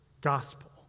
gospel